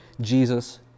Jesus